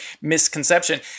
misconception